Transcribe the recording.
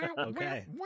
Okay